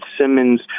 Simmons